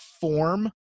form